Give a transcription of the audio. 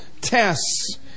tests